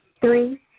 Three